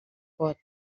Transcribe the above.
pot